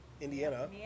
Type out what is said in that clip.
Indiana